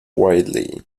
widely